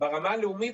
ברמה הלאומית,